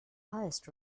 highest